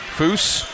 Foose